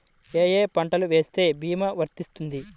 ఏ ఏ పంటలు వేస్తే భీమా వర్తిస్తుంది?